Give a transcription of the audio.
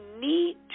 need